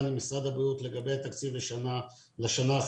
עם משרד הבריאות לגבי התקציב לשנה החדשה.